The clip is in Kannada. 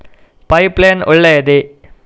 ಪೈಪ್ ಲೈನ್ ಒಳ್ಳೆಯದೇ?